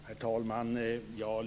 Herr talman!